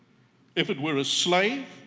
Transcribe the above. if it were a slave,